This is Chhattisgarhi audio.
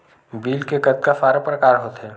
बिल के कतका सारा प्रकार होथे?